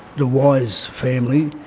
the wise family,